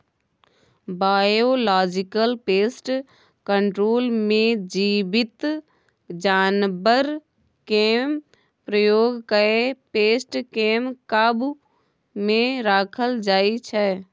biological pest control मे जीबित जानबरकेँ प्रयोग कए पेस्ट केँ काबु मे राखल जाइ छै